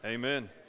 Amen